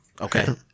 Okay